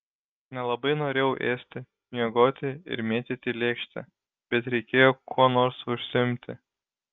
nelabai norėjau ėsti miegoti ir mėtyti lėkštę bet reikėjo kuo nors užsiimti